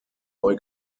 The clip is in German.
neu